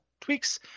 tweaks